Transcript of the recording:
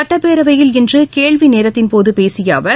சட்டப்பேரவையில் இன்று கேள்வி நேரத்தின் போது பேசிய அவர்